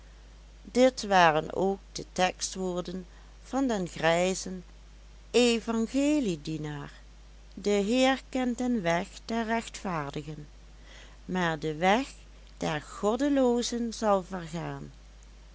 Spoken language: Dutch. dit waren ook de tekstwoorden van den grijzen evangeliedienaar de heer kent den weg der rechtvaardigen maar de weg der goddeloozen zal vergaan